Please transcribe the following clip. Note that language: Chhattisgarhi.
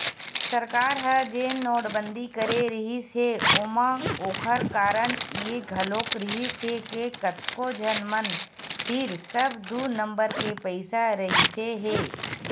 सरकार ह जेन नोटबंदी करे रिहिस हे ओमा ओखर कारन ये घलोक रिहिस हे के कतको झन मन तीर सब दू नंबर के पइसा रहिसे हे